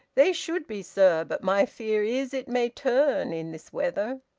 they should be, sir. but my fear is it may turn, in this weather.